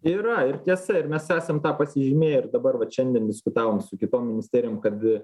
yra ir tiesa ir mes esam tą pasižymėję ir dabar vat šiandien diskutavom su kitom ministerijom kad